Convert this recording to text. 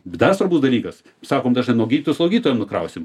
dar svarbus dalykas sakom dažnai nuo gydytojų slaugytojam nukrausim